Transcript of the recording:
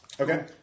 Okay